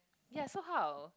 ya so how